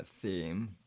theme